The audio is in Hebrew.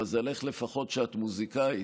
מזלך לפחות שאת מוזיקאית,